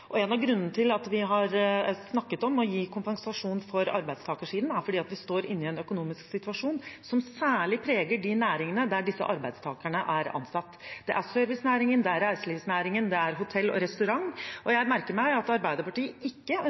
En av grunnene til at vi har snakket om å gi kompensasjon for arbeidsgiversiden, er at vi står i en økonomisk situasjon som særlig preger de næringene der disse arbeidstakerne er ansatt. Det er servicenæringen, det er reiselivsnæringen, det er hotell og restaurant. Jeg merker meg at Arbeiderpartiet ikke